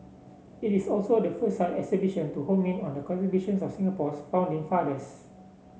it is also the first such exhibition to home in on the contributions of Singapore's founding fathers